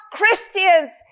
Christians